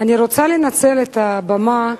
אני רוצה לנצל את הבמה,